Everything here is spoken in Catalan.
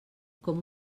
com